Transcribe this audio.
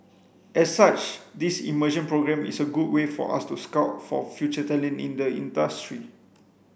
as such this immersion programme is a good way for us to scout for future talent in the industry